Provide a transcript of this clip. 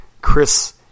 Chris